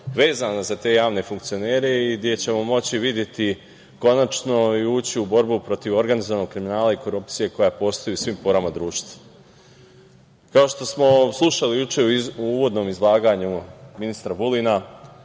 vezana za te javne funkcionere i gde ćemo moći videti konačno i ući u borbu protiv organizovanog kriminala i korupcije koja postoji u svim porama društva. Kao što smo slušali juče u uvodnom izlaganju ministra Vulina